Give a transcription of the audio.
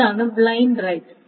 അതാണ് blind right